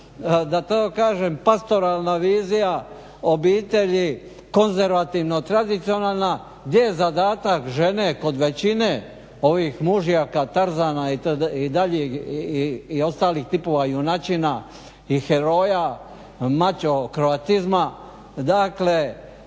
da tako kažem pastoralna vizija obitelji konzervativno-tradicionalna gdje je zadatak žene kod većine ovih mužjaka, Tarzana i ostalih tipova junačina i heroja mačo kroatizma da